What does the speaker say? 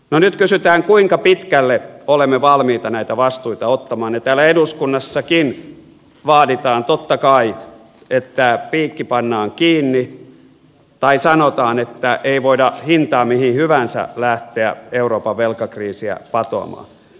no nyt kysytään kuinka pitkälle olemme valmiita näitä vastuita ottamaan ja täällä eduskunnassakin vaaditaan totta kai että piikki pannaan kiinni tai sanotaan että ei voida hintaan mihin hyvänsä lähteä euroopan velkakriisiä patoamaan